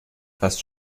fast